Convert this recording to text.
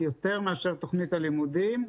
יותר מאשר תוכנית הלימודים,